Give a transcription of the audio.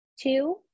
two